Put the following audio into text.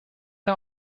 der